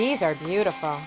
these are beautiful